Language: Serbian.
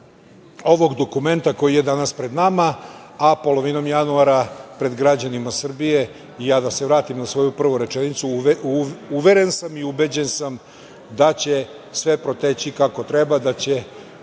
ovog dokumenta koji je danas pred nama, a polovinom januara pred građanima Srbije. Da se vratim na svoju prvu rečenicu, uveren sam i ubeđen sam da će sve proteći kako treba i da će